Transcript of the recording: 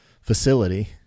facility